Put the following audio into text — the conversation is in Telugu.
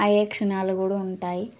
అయ్యే క్షణాలు కూడా ఉంటాయి